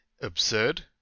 absurd